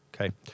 Okay